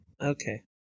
Okay